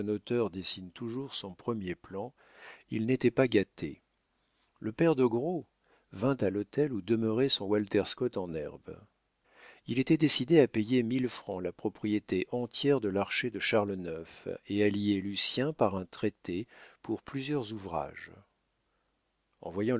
dessine toujours son premier plan il n'était pas gâté le père doguereau vint à l'hôtel où demeurait son walter scott en herbe il était décidé à payer mille francs la propriété entière de l'archer de charles ix et à lier lucien par un traité pour plusieurs ouvrages en voyant